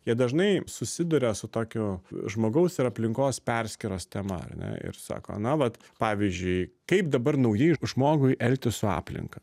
jie dažnai susiduria su tokiu žmogaus ir aplinkos perskyros tema ar ne ir sako na vat pavyzdžiui kaip dabar naujai žmogui elgtis su aplinka